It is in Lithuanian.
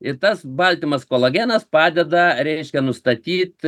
ir tas baltymas kolagenas padeda reiškia nustatyt